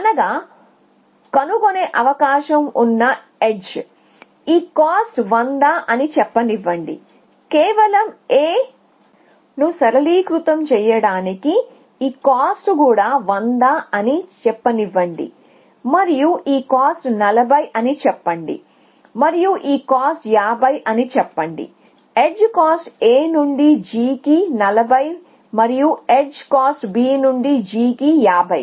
అనగా కనుగొనె అవకాశం ఉన్న ఎడ్జ్ ఈ కాస్ట్ 100 అని చెప్పనివ్వండి కేవలం A ను సరళీకృతం చేయడానికి ఈ కాస్ట్ కూడా 100 అని చెప్పనివ్వండి మరియు ఈ కాస్ట్ 40 అని చెప్పండి మరియు ఈ కాస్ట్ 50 అని చెప్పండి ఎడ్జ్ కాస్ట్ A నుండీ g కి 40 మరియు ఎడ్జ్ కాస్ట్ Bనుండీ g కి 50